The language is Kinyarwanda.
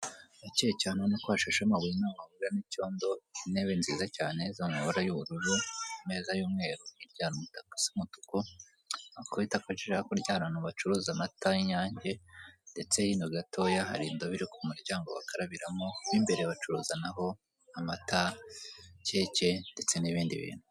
Harakeye cyane urabona ko hashashe amabuye ntaho wahurira n'ibyondo, intebe nziza cyane zo mu mabara y'ubururu, imeza y'umweru hirya hari umutaka usa umutuku, wakubita akajisho hakurya hari ahantu bacuruza amata y'INYANGE ndetse hino gatoya hari indobo iri ku muryango bakarabiramo mu imbere bacuruza naho amata, keke ndetse n'ibindi bintu.